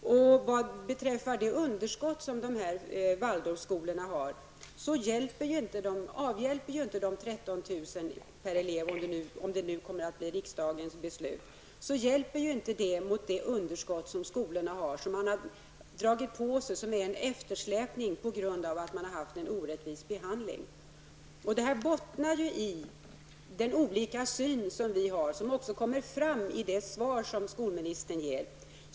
Mot de underskott som Waldorfskolorna har hjälper inte 13 000 kr. per elev, om det nu kommer att bli riksdagens beslut. Dessa underskott är en eftersläpning på grund av att skolorna har fått en orättvis behandling. Det här bottnar i de olika synsätt som vi har och som också kommer fram i det svar skolministern ger.